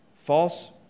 false